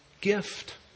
gift